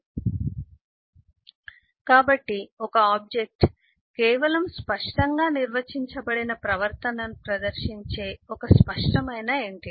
సమయం 1618 స్లైడ్ చూడండి కాబట్టి ఒక ఆబ్జెక్ట్ కేవలం స్పష్టంగా నిర్వచించబడిన ప్రవర్తనను ప్రదర్శించే ఒక స్పష్టమైన ఎంటిటీ